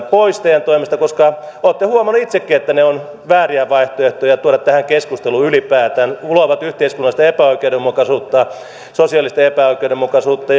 pois teidän toimestanne koska olette huomanneet itsekin että ne ovat vääriä vaihtoehtoja tuoda tähän keskusteluun ylipäätään luovat yhteiskunnallista epäoikeudenmukaisuutta sosiaalista epäoikeudenmukaisuutta